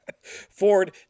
Ford